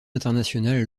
international